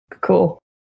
cool